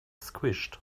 squished